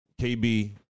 KB